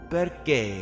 Perché